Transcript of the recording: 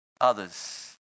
others